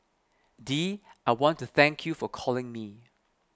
Dee I want to thank you for calling me